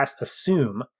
assume